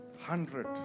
Hundred